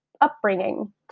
upbringing